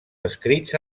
escrits